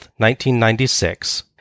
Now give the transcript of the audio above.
1996